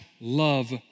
love